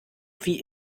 wie